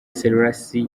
selassie